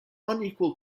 unequal